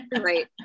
Right